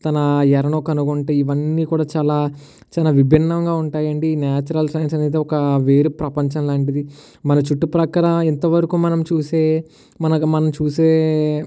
తన ఎరను కనుగొంటాయి ఇవన్నీ కూడా చాలా చాలా విభిన్నంగా ఉంటాయి అండీ నాచురల్ సైన్స్ అనేది ఒక వేరు ప్రపంచం లాంటిది మన చుట్టు ప్రక్కల ఇంతవరకూ మనం చూసే మన మనం చూసే